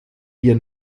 wir